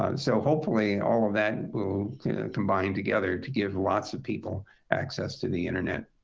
ah so hopefully all of that will combine together to give lots of people access to the internet.